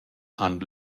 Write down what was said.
han